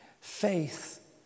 Faith